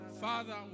Father